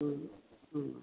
ꯎꯝ ꯎꯝ